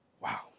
Wow